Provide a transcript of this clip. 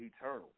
eternal